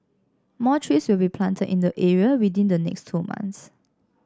more trees will be planted in the area within the next two months